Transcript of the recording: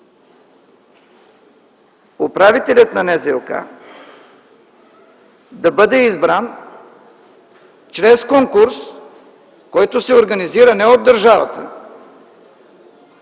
управителят на НЗОК да бъде избран чрез конкурс, който се организира не от държавата,